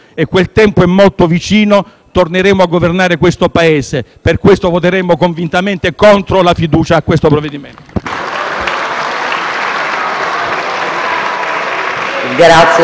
torneremo a governare questo Paese. Per tali ragioni, voteremo convintamente contro la fiducia a questo provvedimento.